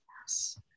Yes